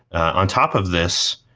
on top of this,